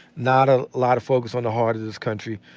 not a lot of focus on the heart of this country.